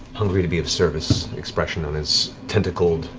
hungry-to-be-of-service expression on his tentacled,